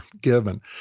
given